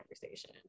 conversation